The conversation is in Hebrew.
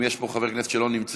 אם יש פה חבר כנסת שלא נמצא,